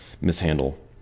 mishandle